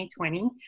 2020